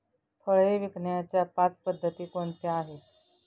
फळे विकण्याच्या पाच पद्धती कोणत्या आहेत?